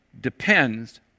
depends